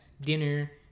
dinner